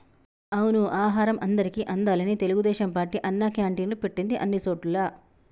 అవును ఆహారం అందరికి అందాలని తెలుగుదేశం పార్టీ అన్నా క్యాంటీన్లు పెట్టింది అన్ని సోటుల్లా